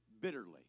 bitterly